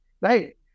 right